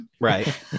Right